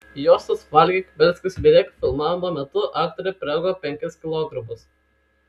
juostos valgyk melskis mylėk filmavimo metu aktorė priaugo penkis kilogramus